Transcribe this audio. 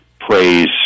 praise